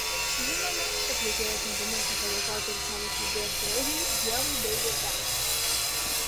žinoma atlikėjas nepamiršo padėkoti ir savo širdies draugei ievai daugirdaitei